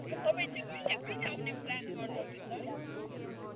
तपाईँ चाहिँ कुन दिन कहिले आउने गर्नुहुँदैछ